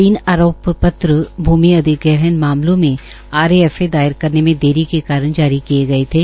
तीन आरोप पत्र भ्रमि अधिग्रहण मामलों में आरएफए दायर करने में देरी के कारण जारी किए गए थे